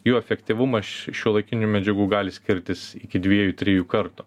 jų efektyvumas šiuolaikinių medžiagų gali skirtis iki dviejų trijų kartų